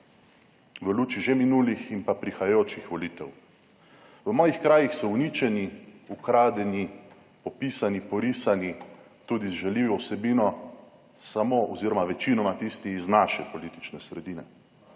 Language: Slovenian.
v luči že minulih in prihajajočih volitev. V mojih krajih so uničeni, ukradeni, popisani, porisani, tudi z žaljivo vsebino samo oziroma večinoma tisti iz naše politične sredine.